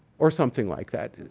or something like that.